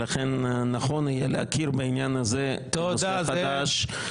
לכן נכון יהיה להכיר בעניין הזה נושא חדש.